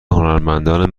هنرمندان